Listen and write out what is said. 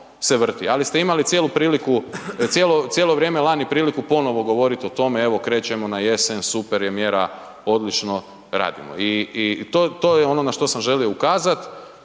ali ste imali, cijelo vrijeme lani priliku ponovno govoriti o tome evo krećemo na jesen, super je mjera, odlično radimo i to je ono na što sam želio ukazati.